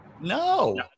No